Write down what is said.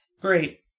great